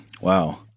Wow